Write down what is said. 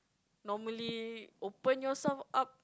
normally open yourself up